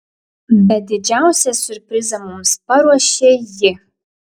bet didžiausią siurprizą mums paruošė ji